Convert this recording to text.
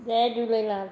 Jay Jhulelal